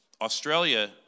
Australia